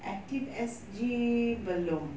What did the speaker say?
active S_G belum